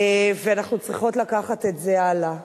ואנחנו צריכות לקחת את זה הלאה.